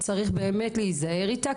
צריך באמת להיזהר איתה,